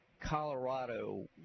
Colorado